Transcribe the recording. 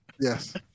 Yes